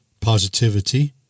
positivity